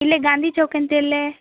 ಇಲ್ಲೇ ಗಾಂಧಿ ಚೌಕ ಅಂತ ಇಲ್ಲೇ